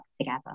together